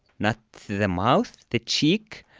not the mouth, the cheek.